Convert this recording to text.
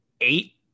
eight